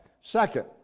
Second